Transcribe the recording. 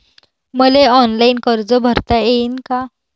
मले ऑनलाईन कर्ज भरता येईन का?